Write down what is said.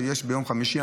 מה שיש ביום חמישי.